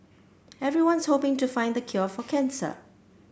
everyone's hoping to find the cure for cancer